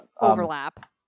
Overlap